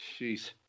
Jeez